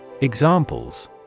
Examples